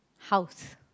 house